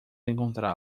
encontrá